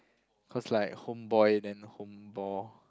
cause like home boy then home ball